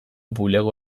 bulego